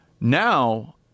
now